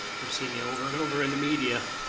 we've seen you over and over in the media,